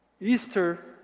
Easter